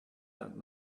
that